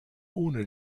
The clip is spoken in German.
ohne